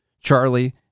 Charlie